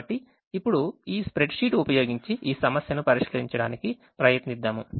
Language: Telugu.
కాబట్టి ఇప్పుడు ఈ స్ప్రెడ్ షీట్ ఉపయోగించి ఈ సమస్యనుపరిష్కరించడానికి ప్రయత్నిద్దాము